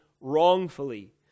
wrongfully